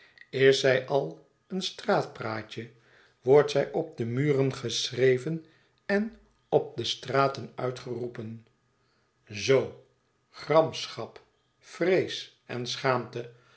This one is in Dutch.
is zij al een straatpraatje wordt zij op de muren geschreven en op de straten uitgeroepen zoo gramschap vrees en schaamte